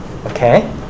Okay